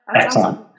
Excellent